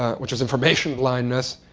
ah which is information blindness.